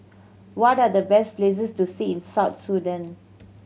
what are the best places to see in South Sudan